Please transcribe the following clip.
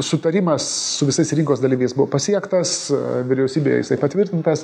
sutarimas su visais rinkos dalyviais buvo pasiektas vyriausybėje jisai patvirtintas